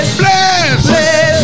bless